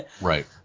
Right